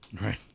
Right